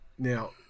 Now